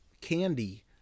candy